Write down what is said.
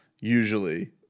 usually